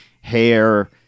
Hair